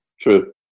True